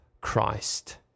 Christ